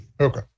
Okay